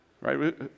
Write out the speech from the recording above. right